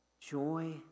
joy